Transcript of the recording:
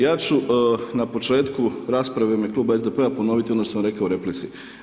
Ja ću na početku rasprave u ime Kluba SDP-a ponoviti ono što sam rekao u replici.